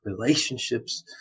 relationships